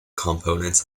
components